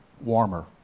warmer